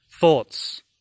thoughts